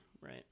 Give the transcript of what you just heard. right